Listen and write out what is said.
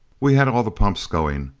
we had all the pumps going.